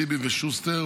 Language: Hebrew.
טיבי ושוסטר,